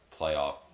playoff